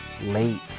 late